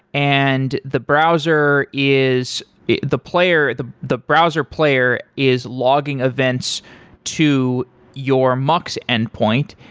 and the browser is the the player the the browser player is logging events to your mux endpoint,